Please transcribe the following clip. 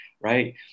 right